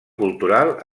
cultural